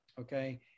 okay